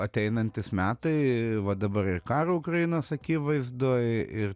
ateinantys metai va dabar ir karo ukrainos akivaizdoj ir